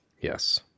Yes